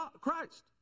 Christ